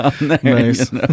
Nice